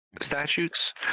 statutes